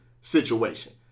situation